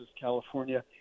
California